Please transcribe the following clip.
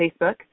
Facebook